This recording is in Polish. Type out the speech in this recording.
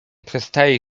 przestaje